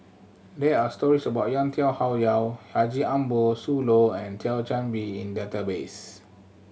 there are stories about Yau Tian Yau Haji Ambo Sooloh and Thio Chan Bee in database